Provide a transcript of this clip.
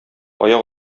аяк